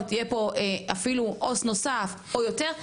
אז שיהיה פה אפילו עו״ס נוסף או יותר.